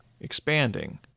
expanding